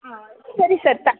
ಹಾಂ ಸರಿ ಸರ್ ತ